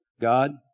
God